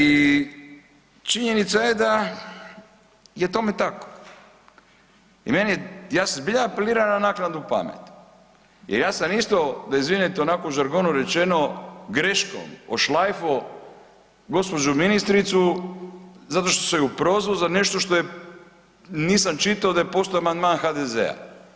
I činjenica je da je tome tako i ja se zbilja apeliram na naknadnu pamet jer ja sam isto da izvinete onako u žargonu rečeno greškom ošlajfao gospođu ministricu zato što sam ju prozvao za nešto što je, nisam čitao da je postojao amandman HDZ-a.